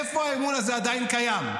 איפה האמון הזה עדיין קיים?